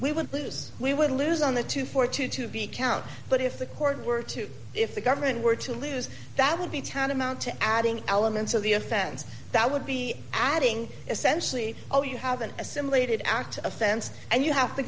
we would lose we would lose on the two for two to be count but if the court were to if the government were to lose that would be tantamount to adding elements of the offense that would be adding essentially oh you haven't assimilated act offense and you have the